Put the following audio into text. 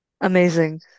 Amazing